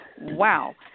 Wow